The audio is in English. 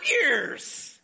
years